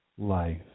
life